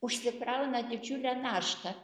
užsikrauna didžiulę naštą